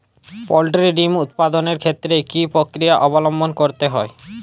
Poultry ডিম উৎপাদনের ক্ষেত্রে কি পক্রিয়া অবলম্বন করতে হয়?